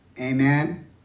Amen